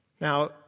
Now